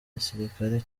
gisirikari